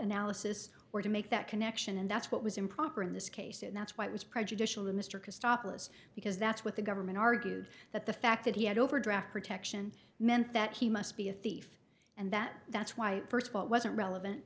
analysis or to make that connection and that's what was improper in this case and that's why it was prejudicial to mr kostopoulos because that's what the government argued that the fact that he had overdraft protection meant that he must be a thief and that that's why first of all wasn't relevant